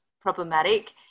problematic